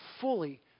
fully